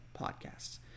podcasts